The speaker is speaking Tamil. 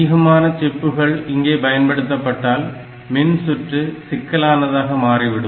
அதிகமான சிப்புகள் இங்கே பயன்படுத்தப்பட்டால் மின்சுற்று சிக்கலானதாக மாறிவிடும்